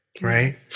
Right